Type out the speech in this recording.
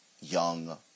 young